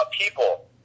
people